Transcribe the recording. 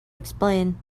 explain